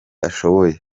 ashoboye